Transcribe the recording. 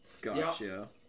Gotcha